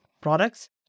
products